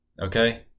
okay